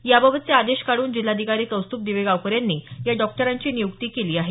याबाबतचे आदेश काढून जिल्हाधिकारी कौस्तुभ दिवेगावकर यांनी या डॉक्टरांची नियुक्ती केली आहे